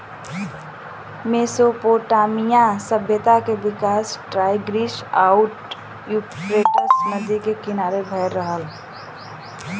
Mesopotamia सभ्यता के विकास टाईग्रीस आउर यूफ्रेटस नदी के किनारे भयल रहल